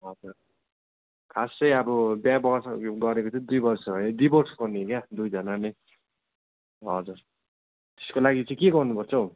हजुर खास चाहिँ अब बिहा वर्ष गरेको चाहिँ दुई वर्ष है डिभोर्स गर्ने क्या दुईजानाले हजुर त्यसको लागि चाहिँ के गर्नुपर्छ हो